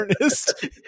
earnest